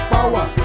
Power